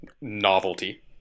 novelty